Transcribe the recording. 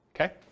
okay